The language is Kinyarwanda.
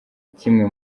kimwe